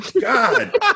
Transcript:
God